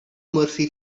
mercy